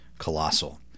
Colossal